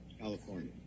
California